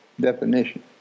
definition